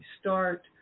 start